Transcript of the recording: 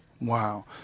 Wow